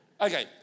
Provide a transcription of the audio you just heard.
okay